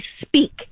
speak